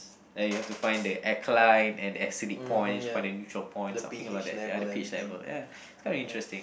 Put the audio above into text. then you have to find the alkaline and acidic point find the neutral point something like that ya the pH level ya it's kind of interesting